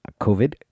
COVID